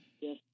Yes